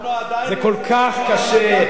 אנחנו עדיין, זה כל כך קשה.